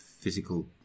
physical